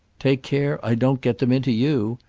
take care i don't get them into you!